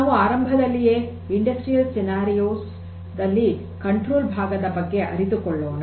ನಾವು ಆರಂಭದಲ್ಲಿಯೇ ಕೈಗಾರಿಕಾ ಸನ್ನಿವೇಶದಲ್ಲಿ ನಿಯಂತ್ರಣ ಭಾಗದ ಬಗ್ಗೆ ಅರಿತುಕೊಳ್ಳೋಣ